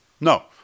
No